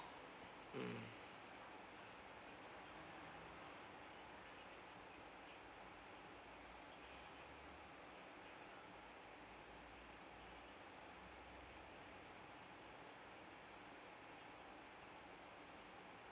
mm